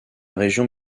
région